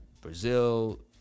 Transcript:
Brazil